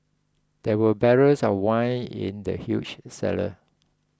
there were barrels of wine in the huge cellar